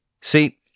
See